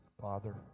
Father